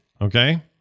okay